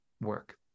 work